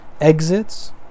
exits